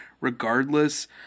regardless